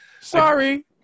sorry